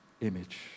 image